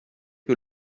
que